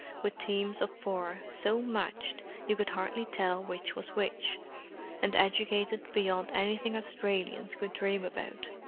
with teams of four so matched you could hardly tell which was which and educated beyond anything australians could dream about.